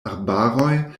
arbaroj